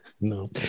no